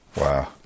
Wow